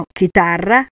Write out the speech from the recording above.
chitarra